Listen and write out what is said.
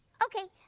okay.